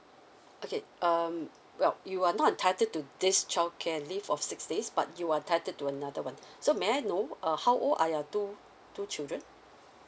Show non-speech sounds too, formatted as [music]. okay um well you are not entitled to this childcare leave of six days but you are entitled to another one [breath] so may I know uh how old are your two two children